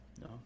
no